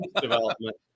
development